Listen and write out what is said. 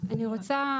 זאת